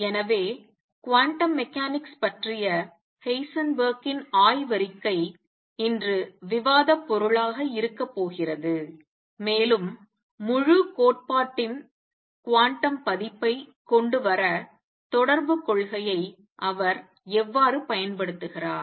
எனவே quantum mechanics பற்றிய ஹெய்சன்பெர்க்கின் ஆய்வறிக்கை இன்று விவாதப் பொருளாக இருக்கப் போகிறது மேலும் முழு கோட்பாட்டின் குவாண்டம் பதிப்பை கொண்டு வர தொடர்புக் கொள்கையை அவர் எவ்வாறு பயன்படுத்துகிறார்